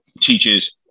Teachers